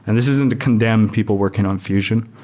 and this isn't to condemn people working on fusion.